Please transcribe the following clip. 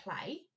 play